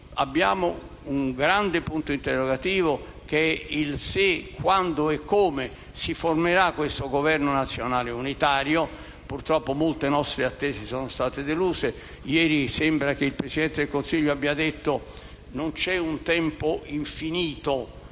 abbiamo un grande punto interrogativo che è il se, quando e come si formerà un nuovo Governo nazionale unitario che richieda l'aiuto dell'Italia. Purtroppo molte nostre attese sono state deluse. Ieri sembra che il Presidente del Consiglio abbia detto che non c'è un tempo infinito